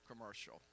commercial